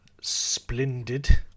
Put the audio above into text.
Splendid